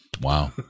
Wow